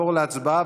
לעבור להצבעה,